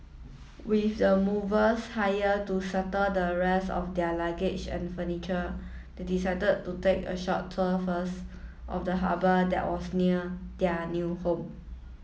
with the movers hired to settle the rest of their luggage and furniture they decided to take a short tour first of the harbour that was near their new home